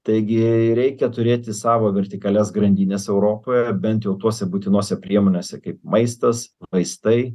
taigi reikia turėti savo vertikalias grandines europoje bent jau tose būtinose priemonėse kaip maistas vaistai